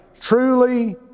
Truly